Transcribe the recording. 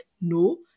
No